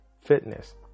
fitness